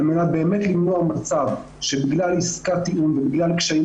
על מנת למנוע מצב שבגלל עסקת טיעון ובגלל קשיים